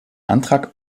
antrag